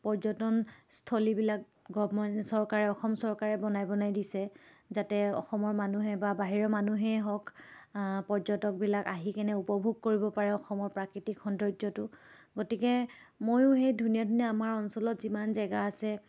পৰ্যটনস্থলীবিলাক গৱমেণ্টে চৰকাৰে অসম চৰকাৰে বনাই বনাই দিছে যাতে অসমৰ মানুহে বা বাহিৰৰ মানুহেই হওক পৰ্যটকবিলাক আহি কেনে উপভোগ কৰিব পাৰে অসমৰ প্ৰাকৃতিক সৌন্দৰ্যটো গতিকে ময়ো সেই ধুনীয়া ধুনীয়া আমাৰ অঞ্চলত যিমান জেগা আছে